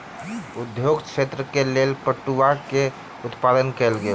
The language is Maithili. उद्योग क्षेत्रक लेल पटुआक उत्पादन कयल गेल